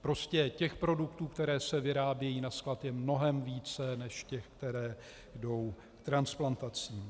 Prostě produktů, které se vyrábějí na sklad, je mnohem více než těch, které jdou k transplantacím.